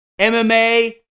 MMA